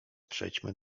przejdziemy